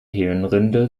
hirnrinde